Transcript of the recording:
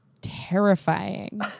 terrifying